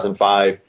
2005